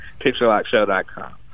picturelockshow.com